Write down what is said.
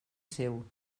seu